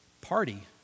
party